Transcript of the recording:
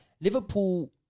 Liverpool